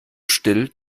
still